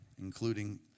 Including